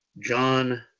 John